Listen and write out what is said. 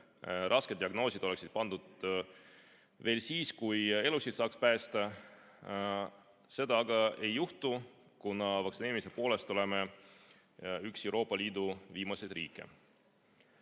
Raskeid diagnoose saaks panna siis, kui elusid saaks veel päästa. Seda aga ei juhtu, kuna vaktsineerimise poolest oleme üks Euroopa Liidu viimaseid